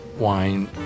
wine